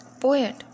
Poet